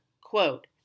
Quote